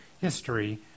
history